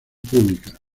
pública